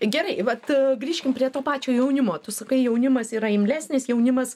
gerai vat grįžkim prie to pačio jaunimo tu sakai jaunimas yra imlesnis jaunimas